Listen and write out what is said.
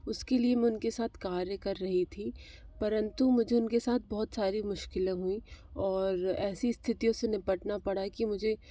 उसके लिए मैं उनके साथ कार्य कर रही थी परन्तु मुझे उनके साथ बहुत सारी मुश्किलें हुई और ऐसी स्थितियों से निपटना पड़ा कि मुझे